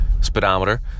speedometer